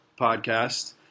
podcast